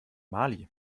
mali